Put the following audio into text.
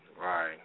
Right